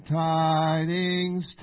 tidings